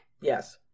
Yes